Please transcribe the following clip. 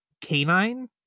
canine